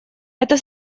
это